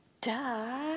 duh